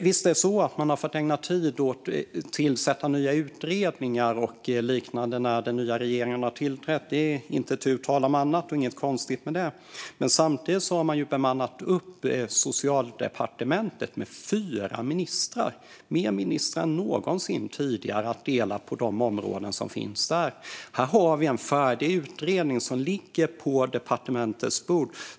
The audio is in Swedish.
Visst har den nya regeringen fått ägna tid åt att tillsätta utredningar och liknande; det är inte tu tal om annat och inget konstigt med det. Men samtidigt har man bemannat upp Socialdepartementet med fyra ministrar. Fler ministrar än någonsin tidigare ska dela på de områden som finns där. Här har vi en färdig utredning som ligger på departementets bord.